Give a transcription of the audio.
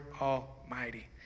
Almighty